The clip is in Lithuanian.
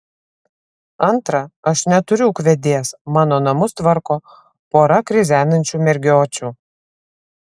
antra aš neturiu ūkvedės mano namus tvarko pora krizenančių mergiočių